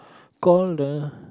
call the